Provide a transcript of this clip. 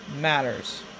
matters